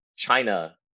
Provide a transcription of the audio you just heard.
China